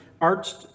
arched